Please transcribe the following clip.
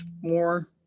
more